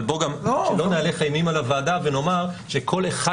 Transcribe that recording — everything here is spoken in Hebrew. אבל לא נהלך אימים על הוועדה ונאמר שכל אחד